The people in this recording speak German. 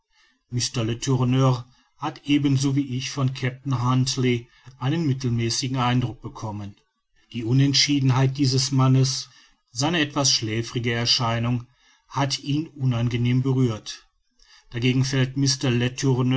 hat ebenso wie ich von kapitän huntly einen mittelmäßigen eindruck bekommen die unentschiedenheit dieses mannes seine etwas schläfrige erscheinung hat ihn unangenehm berührt dagegen fällt mr